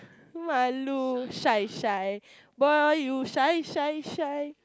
malu shy shy boy you shy shy shy